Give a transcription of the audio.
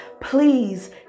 Please